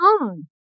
on